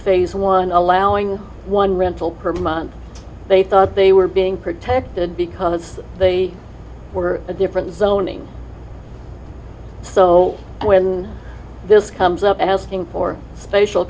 phase one allowing one rental per month they thought they were being protected because they were a different zoning so when this comes up asking for special